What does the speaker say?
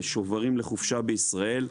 שוברים לחופשה בישראל,